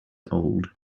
old